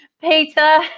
Peter